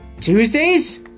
Tuesdays